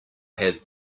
have